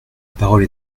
parole